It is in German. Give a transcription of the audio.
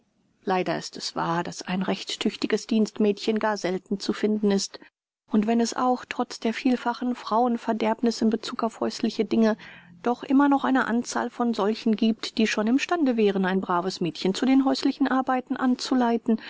leider ist es wahr daß ein recht tüchtiges dienstmädchen gar selten zu finden ist und wenn es auch trotz der vielfachen frauenverderbniß in bezug auf häusliche dinge doch immer noch eine anzahl von solchen gibt die schon im stande wären ein braves mädchen zu den häuslichen arbeiten anzuleiten